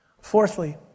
Fourthly